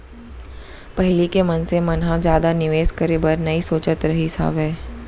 पहिली के मनसे मन ह जादा निवेस करे बर नइ सोचत रहिस हावय